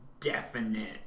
definite